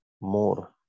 more